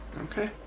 Okay